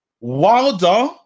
wilder